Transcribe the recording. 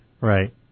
Right